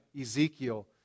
Ezekiel